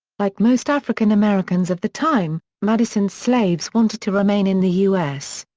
like most african americans of the time, madison's slaves wanted to remain in the u s.